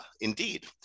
indeed